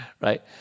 right